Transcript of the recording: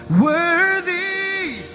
worthy